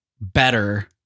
better